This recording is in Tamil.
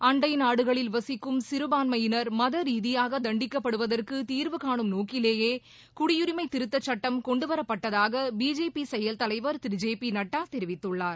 அண்டை நாடுகளில் வசிக்கும் சிறுபான்மையினர் மதரீதியாக தண்டிக்கப்படுவதற்கு தீர்வுகானும் நோக்கிலேயே குடியுரிமை திருத்தக் சுட்டம் கொண்டுவரப்பட்டதாக பிஜேபி செயல்தலைவர் திரு ஜே பி நட்டா தெரிவித்துள்ளார்